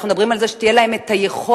אנחנו מדברים על זה שתהיה להם אחר כך היכולת